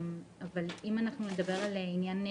אבל אם נדבר על עניין רגיל,